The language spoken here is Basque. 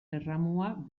erramua